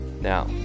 Now